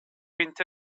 inte